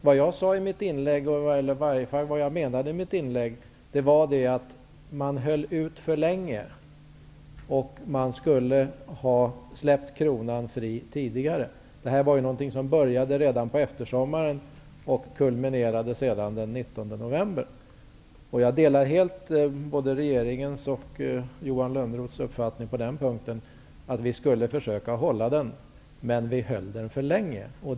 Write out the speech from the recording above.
Det jag sade, eller i varje fall menade, i mitt inlägg var att man höll ut för länge. Man skulle ha släppt kronan fri tidigare. Detta var ju någonting som började redan på eftersommaren och sedan kulminerade den 19 november. Jag delar helt både regeringens och Johan Lönnroths uppfattning på den punkten. Vi skulle försöka hålla valutan uppe, men vi höll den uppe för länge.